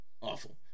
Awful